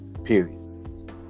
period